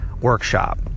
workshop